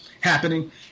happening